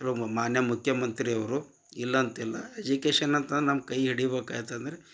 ಮಾನ್ಯ ಮುಖ್ಯ ಮಂತ್ರಿಯವರು ಇಲ್ಲಂತಿಲ್ಲ ಎಜಿಕೇಶನ್ ಅಂತಂದ್ರೆ ನಮ್ಮ ಕೈ ಹಿಡಿಬೋಕು ಆಯ್ತಂದರೆ